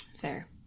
Fair